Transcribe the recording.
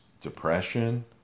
depression